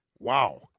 Wow